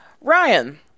Ryan